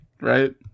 right